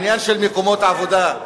העניין של מקומות עבודה,